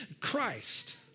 Christ